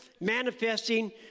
manifesting